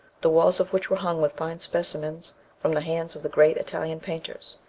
the walls of which were hung with fine specimens from the hands of the great italian painters,